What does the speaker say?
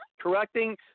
Correcting